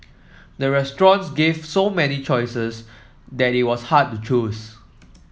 the restaurants gave so many choices that it was hard to choose